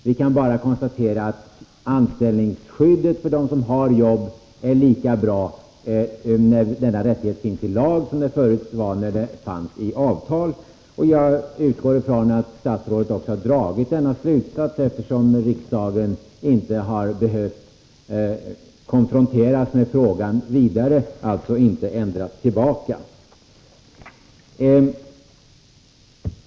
Vi kan bara konstatera att anställningsskyddet för dem som har jobb är lika bra när denna rättighet finns inskriven i lag som förut när den fanns inskriven i avtal. Jag utgår ifrån att också statsrådet har dragit denna slutsats, eftersom riksdagen inte har behövt konfronteras med frågan vidare och alltså inte behövt ändra tillbaka.